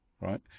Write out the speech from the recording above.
right